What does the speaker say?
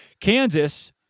Kansas